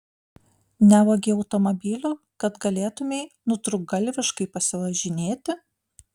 nevogei automobilių kad galėtumei nutrūktgalviškai pasivažinėti